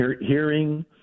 hearing